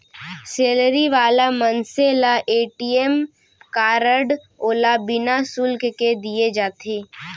salary वाला मनसे ल ए.टी.एम कारड ओला बिना सुल्क के दिये जाथे